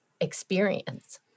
experience